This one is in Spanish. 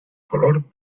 color